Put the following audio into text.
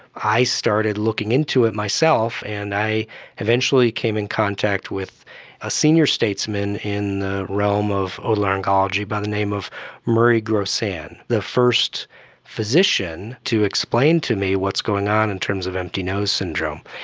i started looking into it myself and i eventually came in contact with a senior statesman in the realm of otolaryngology by the name of murray grossan, the first physician to explain to me what's going on in terms of empty nose syndrome.